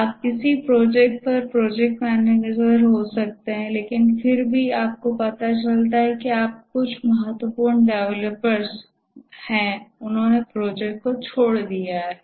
आप किसी प्रोजेक्ट पर प्रोजेक्ट मैनेजर हो सकते हैं लेकिन फिर आपको पता चलता है कि आपके कुछ महत्वपूर्ण डेवलपर्स वे प्रोजेक्ट छोड़ देते हैं